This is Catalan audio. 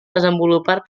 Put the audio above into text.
desenvolupat